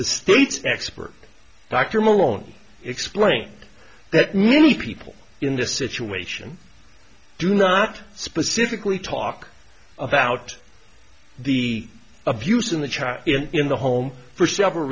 the state's expert dr malone explained that many people in this situation do not specifically talk about the abuse in the child in the home for several